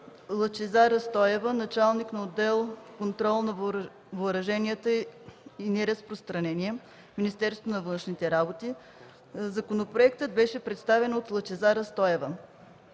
Лъчезара Стоева – началник на отдел „Контрол на въоръженията и неразпространение” в Министерство на външните работи. Законопроектът беше представен от Лъчезара Стоева.